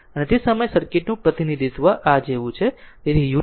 અને તે સમયે સર્કિટ નું પ્રતિનિધિત્વ આ જેવું છે તેથી ut 1